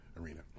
arena